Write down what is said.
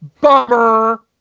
Bummer